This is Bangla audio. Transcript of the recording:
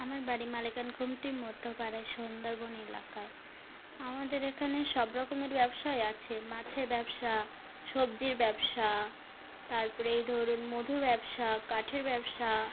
আমার বাড়ি মালেকান ঘুমটি মধ্যপাড়ায় সুন্দরবন এলাকায় আমাদের এখানে সব রকমের ব্যবসাই আছে মাছের ব্যবসা সবজির ব্যবসা তারপরে এই ধরুন মধুর ব্যবসা কাঠের ব্যবসা